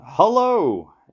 Hello